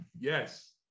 Yes